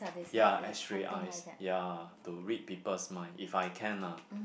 ya X-ray eyes ya to read people's mind if I can lah